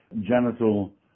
genital